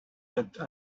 that